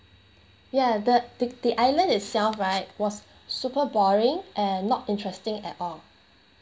ya the the the island itself right was super boring and not interesting at all